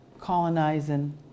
colonizing